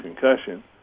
concussion